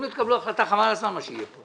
אם תקבלו החלטה, חבל על הזמן מה שיהיה כאן.